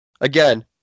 Again